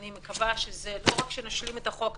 אני מקווה שלא רק שנשלים את החוק,